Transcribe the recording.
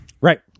Right